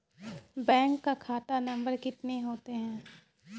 Bank का खाता नम्बर कितने होते हैं?